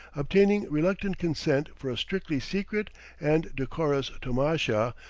obtaining reluctant consent for a strictly secret and decorous tomasha,